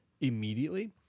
immediately